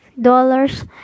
dollars